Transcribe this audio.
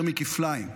יותר מכפליים,